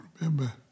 remember